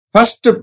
First